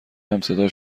همصدا